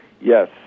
Yes